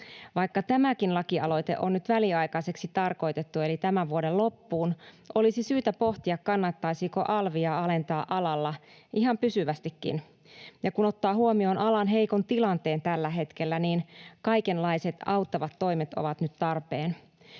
Vaikka tämäkin lakialoite on nyt väliaikaiseksi tarkoitettu, eli tämän vuoden loppuun, olisi syytä pohtia, kannattaisiko alvia alentaa alalla ihan pysyvästikin. Kun ottaa huomioon alan heikon tilanteen tällä hetkellä, kaikenlaiset auttavat toimet ovat nyt tarpeen.